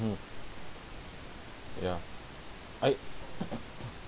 mmhmm ya I